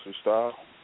style